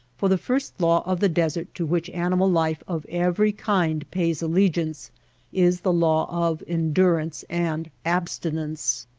for the first law of the desert to which animal life of every kind pays allegiance is the law of endurance and abstinence.